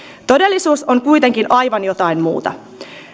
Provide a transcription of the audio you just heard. todellisuus on kuitenkin aivan jotain muuta